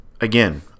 again